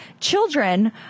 children